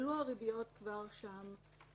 הריביות כבר הוגבלו שם.